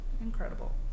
Incredible